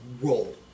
roll